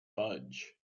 fudge